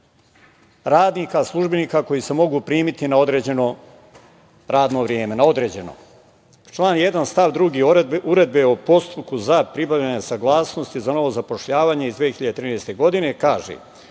radnika, službenika koji se mogu primiti na određeno radno vreme, na određeno. Član 1. stav 2. Uredbe o postupku za pribavljanje saglasnosti za novo zapošljavanje iz 2013. godine kaže